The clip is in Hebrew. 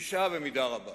טשטשה במידה רבה